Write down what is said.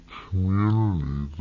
community